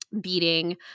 beating